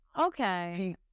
Okay